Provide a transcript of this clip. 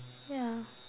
yeah